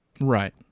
Right